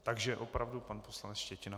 Takže opravdu pan poslanec Štětina.